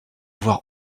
voir